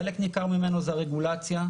חלק ניכר ממנו זה הרגולציה,